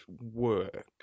work